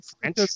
French